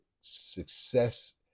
success